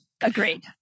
Agreed